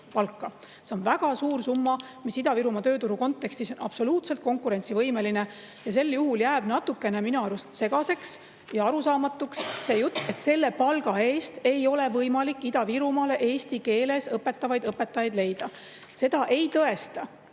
See on väga suur summa, mis on Ida-Virumaa tööturu kontekstis absoluutselt konkurentsivõimeline. Sel juhul jääb minu arust natukene segaseks ja arusaamatuks see jutt, et selle palga eest ei ole võimalik Ida-Virumaale eesti keeles õpetavaid õpetajaid leida. Seda ei tõesta